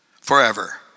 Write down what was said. forever